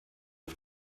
auf